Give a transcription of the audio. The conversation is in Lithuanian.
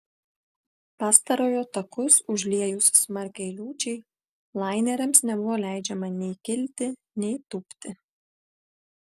pastarojo takus užliejus smarkiai liūčiai laineriams nebuvo leidžiama nei kilti nei tūpti